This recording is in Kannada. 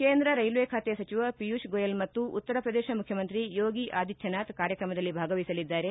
ಕೇಂದ್ರ ರೈಲ್ವೆ ಖಾತೆ ಸಚಿವ ಪಿಯೂಷ್ ಗೋಯಲ್ ಮತ್ತು ಉತ್ತರ ಪ್ರದೇಶ ಮುಖ್ಯಮಂತ್ರಿ ಯೋಗಿ ಆದಿತ್ಲನಾಥ್ ಕಾರ್ಯಕ್ರಮದಲ್ಲಿ ಭಾಗವಹಿಸಲಿದ್ದಾರೆ